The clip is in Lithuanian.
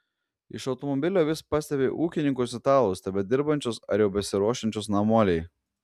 iš automobilio vis pastebi ūkininkus italus tebedirbančius ar jau besiruošiančius namolei